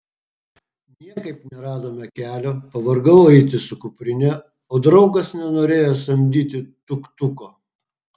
niekaip neradome kelio pavargau eiti su kuprine o draugas nenorėjo samdyti tuk tuko